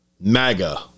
MAGA